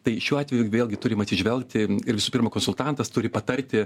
tai šiuo atveju vėlgi turim atsižvelgti ir visų pirma konsultantas turi patarti